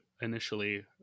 initially